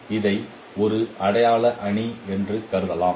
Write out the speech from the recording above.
இதை ஒரு அடையாள அணி என்று நாம் கருதலாம்